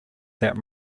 that